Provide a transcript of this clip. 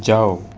جاؤ